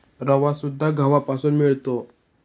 रवासुद्धा गव्हापासून मिळतो